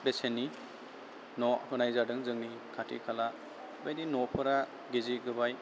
बेसेननि न' होनाय जादों जोंनि खाथि खाला बायदि न'फोरा गिजि गोबाय